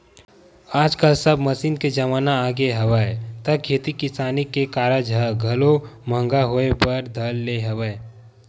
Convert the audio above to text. आजकल सब मसीन के जमाना आगे हवय त खेती किसानी के कारज ह घलो महंगा होय बर धर ले हवय